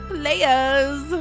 players